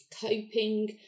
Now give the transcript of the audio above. coping